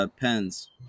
pens